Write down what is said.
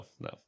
no